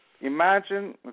imagine